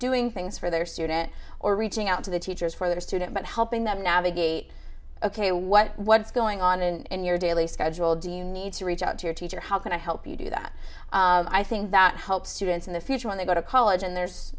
doing things for their student or reaching out to the teachers for their student but helping them navigate ok what what's going on in your daily schedule do you need to reach out to your teacher how can i help you do that i think that helps students in the future when they go to college and there's